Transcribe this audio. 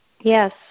yes